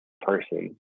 person